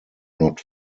not